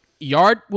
Yard